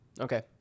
okay